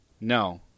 No